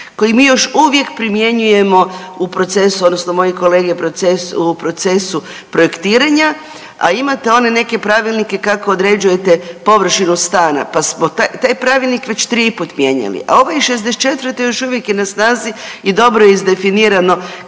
koji mi još uvijek primjenjujemo u procesu odnosno moji kolege u procesu projektiranja, a imate one neke pravilnike kako određujete površinu stana, pa smo te, taj pravilnik već 3 puta mijenjali. A ovaj iz '64. još uvijek je na snazi i dobro je izdefinirano